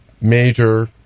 major